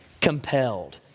Compelled